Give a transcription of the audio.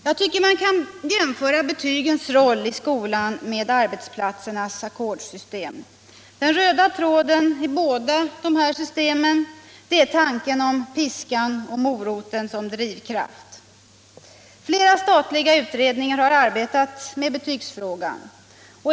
Jag tycker man kan jämföra betygens roll i skolan med arbetsplatsernas ackordsystem. Den röda tråden i båda dessa system är tanken om ”piskan och moroten” som drivkraft. Flera statliga utredningar har arbetat med betygsfrågan.